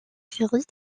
séries